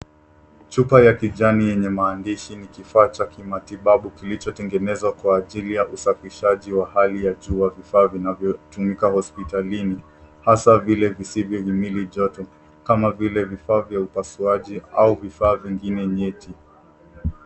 Chupa ya kijani yenye maandishi ni kifaa cha kimatibabu, kilichotengenezwa kwa ajili ya usafishaji wa hali ya jua vifaa vinavyotumika hospitalini, hasa vile visivyo himili joto, kama vile vifaa vya upasuaji au vifaa vingine nyeti.